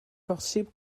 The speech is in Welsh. bosibl